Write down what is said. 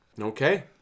Okay